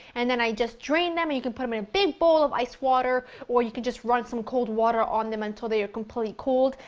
and, then i just drained them and you can put them in a big bowl of ice water or you can just run some cold water on them until they are completely cooled.